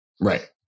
right